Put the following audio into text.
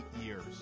years